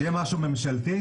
שיהיה משהו ממשלתי.